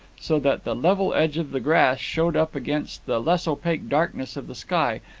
so that the level edge of the grass showed up against the less opaque darkness of the sky,